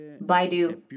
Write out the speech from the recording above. Baidu